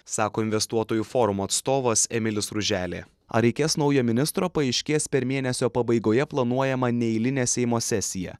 sako investuotojų forumo atstovas emilis ruželė ar reikės naujo ministro paaiškės per mėnesio pabaigoje planuojamą neeilinę seimo sesiją